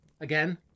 Again